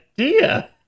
idea